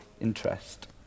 interest